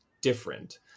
different